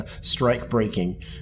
strike-breaking